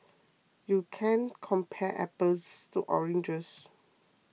you can't compare apples to oranges